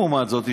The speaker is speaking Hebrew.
לעומת זאת,